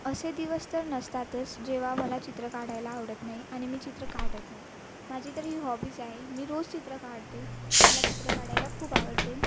असे दिवस तर नसतातस जेव्हा मला चित्र काढायला आवडत नाही आणि मी चित्र काढत नाही माझी तर ही हॉबीस आहे मी रोस चित्र काढते मला चित्र काढायला खूप आवडते